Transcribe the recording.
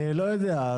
אני לא יודע.